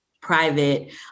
private